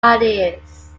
ideas